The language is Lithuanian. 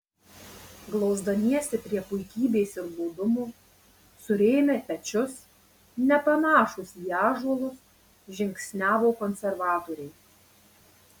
glausdamiesi prie puikybės ir godumo surėmę pečius nepanašūs į ąžuolus žingsniavo konservatoriai